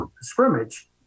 scrimmage